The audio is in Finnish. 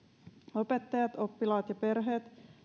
opettajat oppilaat ja perheet